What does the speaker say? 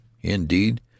indeed